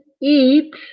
eat